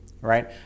right